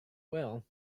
will